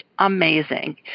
amazing